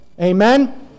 Amen